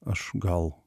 aš gal